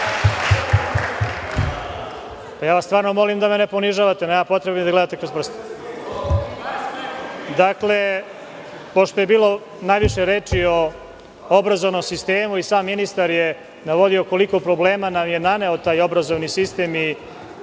Stvarno vas molim da me ne ponižavate. Nema potrebe da mi gledate kroz prste. Pošto je bilo najviše reči o obrazovnom sistemu i sam ministar je navodio koliko problema nam je naneo taj obrazovni sistem i